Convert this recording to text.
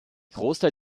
großteil